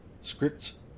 scripts